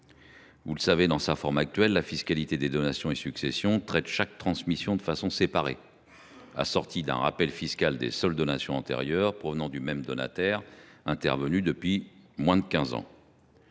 Vous le savez, dans sa forme actuelle, la fiscalité des donations et successions traite chaque transmission de façon séparée, avec un rappel fiscal des seules donations antérieures provenant du même donataire et intervenues depuis moins de quinze